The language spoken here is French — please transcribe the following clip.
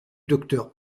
docteur